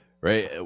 right